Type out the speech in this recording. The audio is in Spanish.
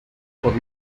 por